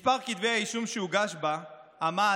מספר כתבי האישום שהוגש בה עמד